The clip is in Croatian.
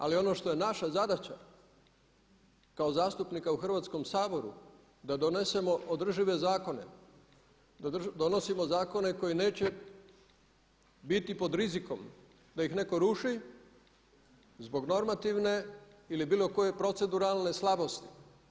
Ali ono što je naša zadaća kao zastupnika u Hrvatskom saboru da donesemo održive zakone, da donosimo zakone koji neće biti pod rizikom da ih netko ruši zbog normativne ili bilo koje proceduralne slabosti.